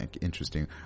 interesting